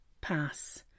pass